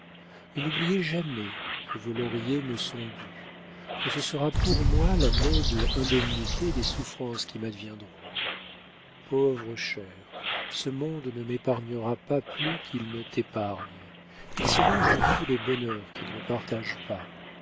mais n'oubliez jamais que vos lauriers me sont dus que ce sera pour moi la noble indemnité des souffrances qui m'adviendront pauvre cher ce monde ne m'épargnera pas plus qu'il ne t'épargne il se venge de tous les bonheurs qu'il ne partage pas